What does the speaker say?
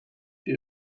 she